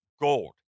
gold